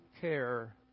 care